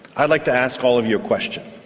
i'd like to ask all of you a question.